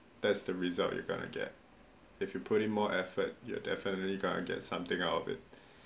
that's the result you gonna get if you put in more effort you definitely gonna get somethings out of it